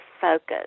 focus